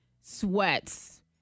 Sweats